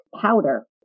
powder